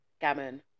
gammon